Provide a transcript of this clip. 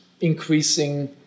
increasing